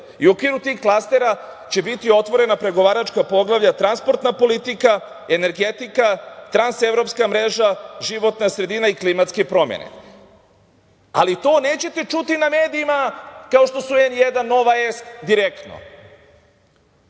U okviru tih klastera će biti otvorena pregovaračka poglavlja transportna politika, energetika, transevropska mreža, životna sredina i klimatske promene. Ali, to nećete čuti na medijima kao što su N1, Nova S, Direktno.